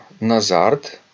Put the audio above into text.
Nazard